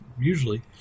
usually